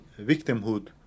victimhood